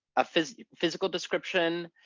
ah physical physical description,